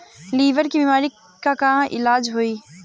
Liver के बीमारी के का इलाज होई?